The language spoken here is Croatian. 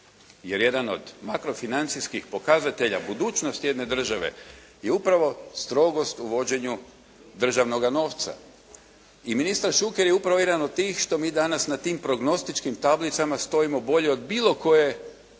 jer jedan od makro financijskih pokazatelja, budućnost jedne države je upravo strogost u vođenju državnoga nova i ministar Šuker je upravo jedan od tih što mi danas na tim prognostičkim tablicama stojimo bolje od bilo koje